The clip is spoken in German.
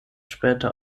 später